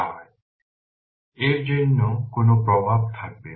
সুতরাং এর জন্য কোন প্রভাব থাকবে না